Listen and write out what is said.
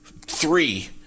three